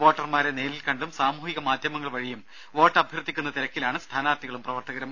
വോട്ടർമാരെ നേരിൽക്കണ്ടും സാമൂഹിക മാധ്യമങ്ങൾ വഴിയും വോട്ടഭ്യർത്ഥിക്കുന്ന തിരക്കിലാണ് സ്ഥാനാർത്ഥികളും പ്രവർത്തകരും